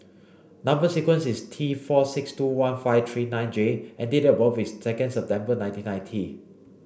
number sequence is T four six two one five three nine J and date of birth is second September nineteen ninety